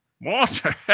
Water